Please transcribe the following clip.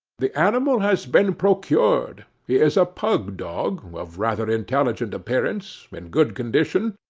the animal has been procured. he is a pug-dog, of rather intelligent appearance, in good condition,